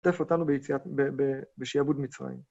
נוטש(?) אותנו ביציאת, אה, בשיעבוד מצרים.